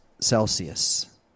Celsius